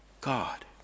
God